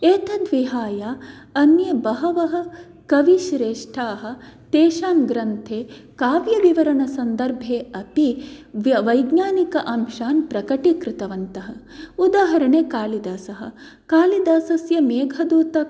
एतद्विहाय अन्ये बहवः कवि श्रेष्ठाः तेषां ग्रन्थे काव्यविवरणसन्दर्भे अपि व्य वैज्ञानिक अंशान् प्रकटीकृतवन्तः उदाहरणं कालिदासः कालिदासस्य मेघदूत